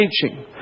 teaching